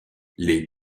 les